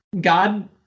God